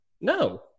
No